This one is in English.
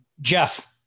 Jeff